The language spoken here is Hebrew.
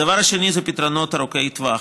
הדבר השני זה פתרונות ארוכי טווח,